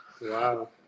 Wow